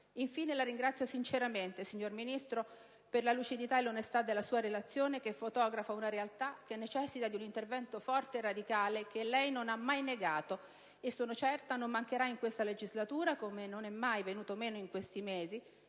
Infine, la ringrazio sinceramente, signor Ministro, per la lucidità e l'onestà della sua relazione che fotografa una realtà che necessita di un intervento forte e radicale che lei non ha mai negato e che sono certa non mancherà in questa legislatura, come non è mai venuto meno in questi mesi